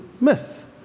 myth